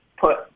put –